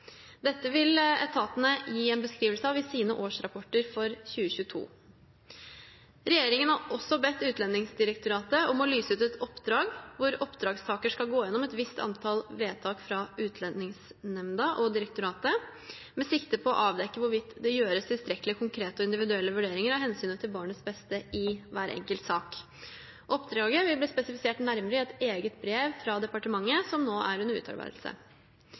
Dette vil etatene gi en beskrivelse av i sine årsrapporter for 2022. Regjeringen har også bedt Utlendingsdirektoratet om å lyse ut et oppdrag hvor oppdragstaker skal gå gjennom et visst antall vedtak fra Utlendingsnemnda og direktoratet med sikte på å avdekke hvorvidt det gjøres tilstrekkelige konkrete og individuelle vurderinger av hensynet til barnets beste i hver enkelt sak. Oppdraget vil bli spesifisert nærmere i et eget brev fra departementet som nå er under utarbeidelse.